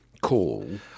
call